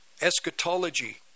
eschatology